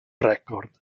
record